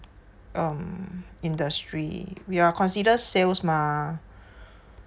um industry we are consider sales mah